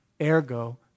ergo